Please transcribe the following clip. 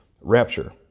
rapture